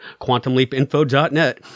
quantumleapinfo.net